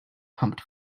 pumped